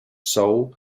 sole